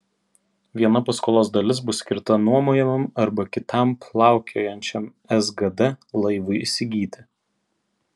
viena paskolos dalis bus skirta nuomojamam arba kitam plaukiojančiam sgd laivui įsigyti